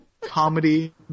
Comedy